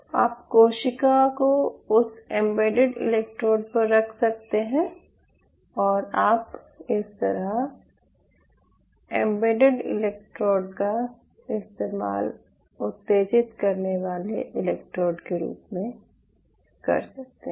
आप कोशिका को उस एम्बेडेड इलेक्ट्रोड पर रख सकते हैं और आप इस एम्बेडेड इलेक्ट्रोड का इस्तेमाल उत्तेजित करने वाले इलेक्ट्रोड के रूप में कर सकते हैं